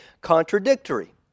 contradictory